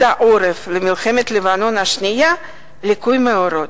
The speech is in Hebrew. העורף למלחמת לבנון השנייה "ליקוי מאורות".